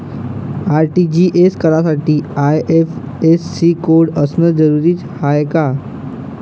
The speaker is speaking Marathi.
आर.टी.जी.एस करासाठी आय.एफ.एस.सी कोड असनं जरुरीच हाय का?